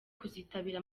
kuzitabira